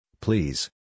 please